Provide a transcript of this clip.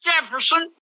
Jefferson